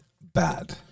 bad